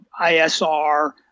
ISR